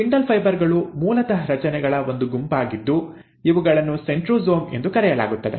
spindle fibre ಗಳು ಮೂಲತಃ ರಚನೆಗಳ ಒಂದು ಗುಂಪಾಗಿದ್ದು ಇವುಗಳನ್ನು ಸೆಂಟ್ರೊಸೋಮ್ ಎಂದು ಕರೆಯಲಾಗುತ್ತದೆ